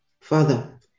Father